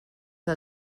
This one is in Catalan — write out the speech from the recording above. que